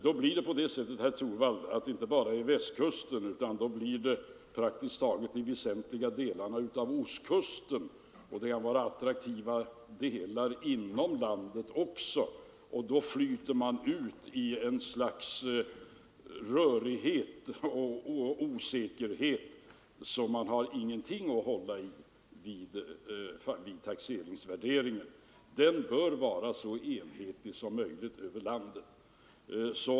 Då skulle inte bara Västkusten utan också praktiskt taget de väsentliga delarna av ostkusten liksom kanske även attraktiva delar av inlandet komma i fråga. Och då flyter det hela ut i en sådan rörighet och osäkerhet, att man inte har någonting att hålla i vid prövningen av taxeringsvärdet. Denna bör vid fastighetstaxeringen vara så enhetlig som möjligt över hela landet.